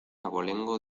abolengo